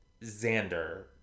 Xander